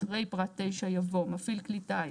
(ה) אחרי פרט (9) יבוא: מפעיל כלי טיס.